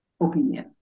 opinion